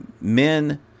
men